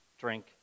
Drink